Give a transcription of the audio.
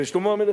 ושלמה המלך,